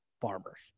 farmers